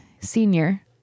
senior